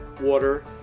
water